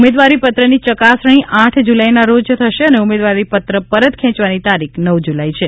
ઉમેદવારી પત્રની ચકાસણી આઠ જૂલાઈના રોજ થશે અને ઉમેદવારી પત્ર પરત ખેંચવાની તારીખ નવ જૂલાઈ છે